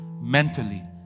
mentally